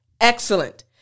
Excellent